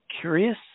curious